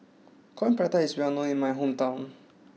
Coin Prata is well known in my hometown